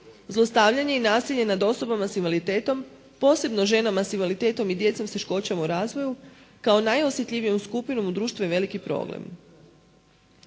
Zlostavljanje i nasilje nad osobama s invaliditetom posebno ženama s invaliditetom i djecom s teškoćama u razvoju kao najosjetljivijom skupinom u društvu je veliki problem.